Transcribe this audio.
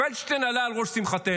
פלדשטיין עלה על ראש שמחתנו.